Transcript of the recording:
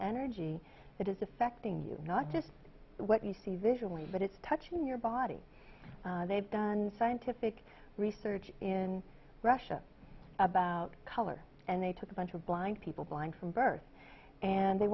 energy that is affecting you not just what you see visually but it's touch in your body they've done scientific research in russia about color and they took a bunch of blind people blind from birth and they